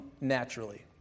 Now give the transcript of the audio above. naturally